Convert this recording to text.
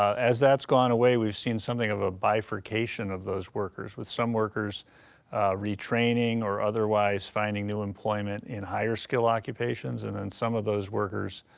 as that's gone away, we've seen something of a bifurcation of those workers, with some workers retraining or otherwise finding new employment in higher skill occupations, and and some of those workers